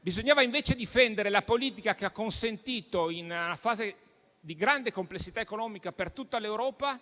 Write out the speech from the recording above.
Bisognava invece difendere la politica che ha consentito, in una fase di grande complessità economica per tutta l'Europa,